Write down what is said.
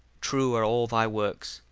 true are all thy works,